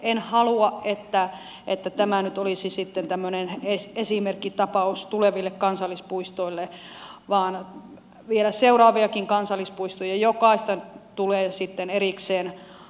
en halua että tämä nyt olisi sitten tämmöinen esimerkkitapaus tuleville kansallispuistoille vaan vielä seuraaviakin kansallispuistoja jokaista tulee sitten erikseen harkita